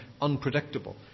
unpredictable